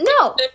no